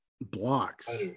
blocks